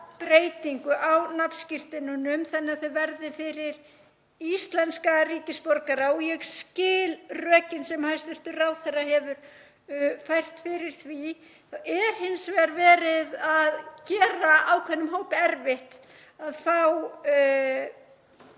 breytingu á nafnskírteinunum þannig að þau verði fyrir íslenska ríkisborgara, og ég skil rökin sem hæstv. ráðherra hefur fært fyrir því, er hins vegar verið að gera ákveðnum hópi erfitt að fá